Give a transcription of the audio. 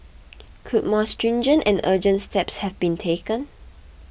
could more stringent and urgent steps have been taken